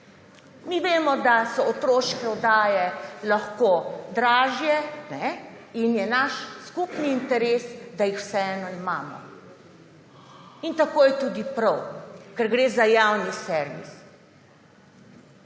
Mi vemo, da so otroške oddaje lahko dražje in je naš skupni interes, da jih vseeno imamo. In tako je tudi prav, ker gre za javni servis.